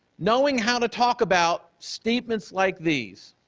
knowing how to talk about statements like these,